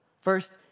First